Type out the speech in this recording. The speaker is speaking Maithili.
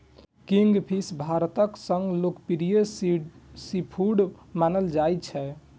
किंगफिश भारतक सबसं लोकप्रिय सीफूड मानल जाइ छै